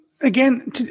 again